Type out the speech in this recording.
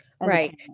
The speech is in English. Right